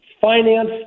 finance